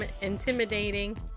intimidating